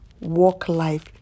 work-life